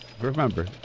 Remember